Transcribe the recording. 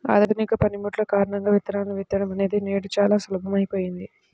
ఆధునిక పనిముట్లు కారణంగా విత్తనాలను విత్తడం అనేది నేడు చాలా సులభమైపోయింది